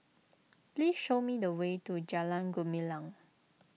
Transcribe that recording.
please show me the way to Jalan Gumilang